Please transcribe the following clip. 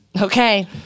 Okay